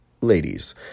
ladies